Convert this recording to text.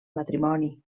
matrimoni